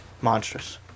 Monstrous